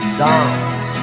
dance